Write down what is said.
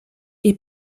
est